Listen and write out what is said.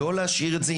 לא להשאיר את זה,